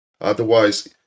otherwise